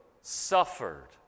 suffered